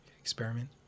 experiment